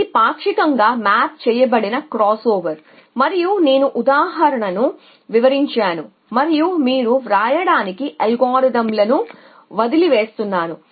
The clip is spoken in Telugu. ఇది పాక్షికంగా మ్యాప్ చేయబడిన క్రాస్ ఓవర్ మరియు నేను ఉదాహరణను వివరించాను మరియు మీరు వ్రాయడానికి అల్గోరిథంలను వదిలివేస్తాను